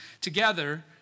together